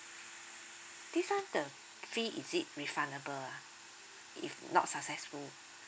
this one the fee is it refundable ah if not successful